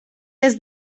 des